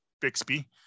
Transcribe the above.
Bixby